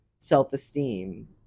self-esteem